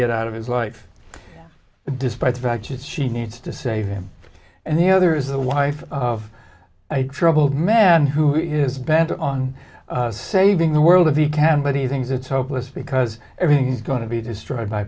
get out of his life despite the fact that she needs to save him and the other is the wife of a troubled man who is bent on saving the world if he can but he thinks it's hopeless because everything's going to be destroyed by